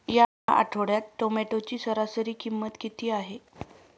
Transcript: या आठवड्यात टोमॅटोची सरासरी किंमत किती आहे?